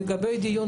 לגבי דחיית הדיון,